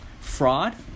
fraud